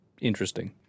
interesting